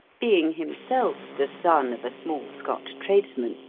being himself the son of a small scotch tradesman,